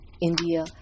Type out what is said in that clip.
India